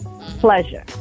pleasure